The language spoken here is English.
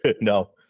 No